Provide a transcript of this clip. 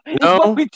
No